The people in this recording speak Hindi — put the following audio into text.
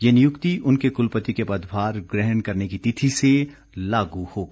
ये नियुक्ति उनके कुलपति के पदभार ग्रहण करने की तिथि से लागू होगी